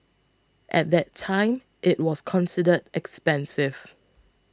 at that time it was considered expensive